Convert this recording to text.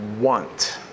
want